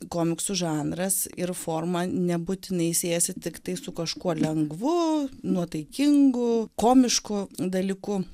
komiksų žanras ir forma nebūtinai siejasi tiktai su kažkuo lengvu nuotaikingu komišku dalyku